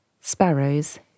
sparrows